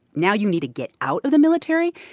now you need to get out of the military,